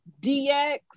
dx